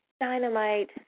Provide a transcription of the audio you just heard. dynamite